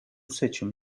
seçim